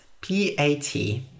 P-A-T